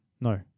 no